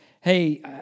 hey